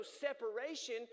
separation